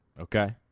Okay